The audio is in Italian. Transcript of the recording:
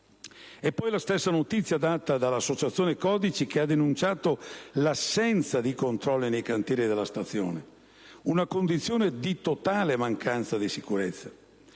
E poi la notizia data dall'associazione Codici, che ha denunciato l'assenza di controlli nei cantieri della stazione. Una condizione di totale mancanza di sicurezza.